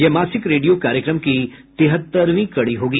यह मासिक रेडियो कार्यक्रम की तिहत्तरवीं कड़ी होगी